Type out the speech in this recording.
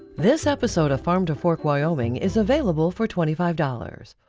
this episode of farm to fork wyoming is available for twenty five dollars.